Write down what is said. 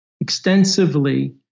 extensively